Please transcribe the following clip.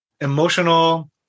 emotional